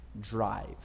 drive